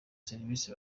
serivisi